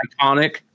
iconic